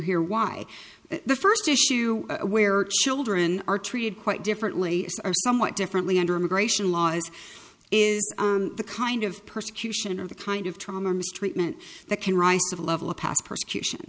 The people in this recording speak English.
here why the first issue where children are treated quite differently are somewhat differently under immigration laws is the kind of persecution of the kind of trauma mistreatment that can rise to the level of past persecution